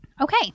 Okay